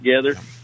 together